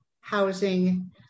housing